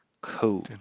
cool